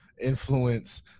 influence